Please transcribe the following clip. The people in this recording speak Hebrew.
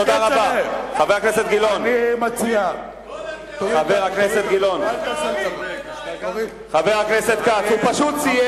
חבר הכנסת גילאון, חבר הכנסת כץ, הוא פשוט סיים.